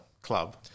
Club